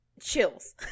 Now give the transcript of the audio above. chills